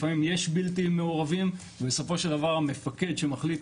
לפעמים יש בלתי מעורבים ובסופו של דבר המפקד שמחליט